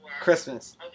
Christmas